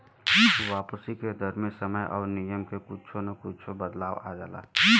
वापसी के दर मे समय आउर नियम में कुच्छो न कुच्छो बदलाव आ जाला